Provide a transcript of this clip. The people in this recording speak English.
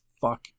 fuck